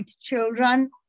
children